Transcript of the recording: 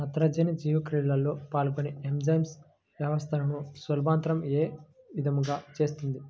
నత్రజని జీవక్రియలో పాల్గొనే ఎంజైమ్ వ్యవస్థలను సులభతరం ఏ విధముగా చేస్తుంది?